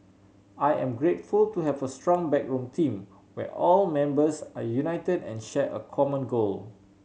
I am grateful to have a strong backroom team where all members are united and share a common goal